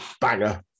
banger